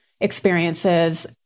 experiences